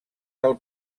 del